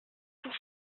pour